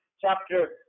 chapter